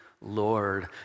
Lord